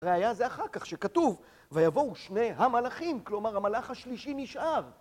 ראייה זה אחר כך שכתוב, ויבואו שני המלאכים, כלומר המלאך השלישי נשאר.